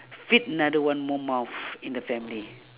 feed another one more mouth in the family